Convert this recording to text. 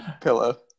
pillow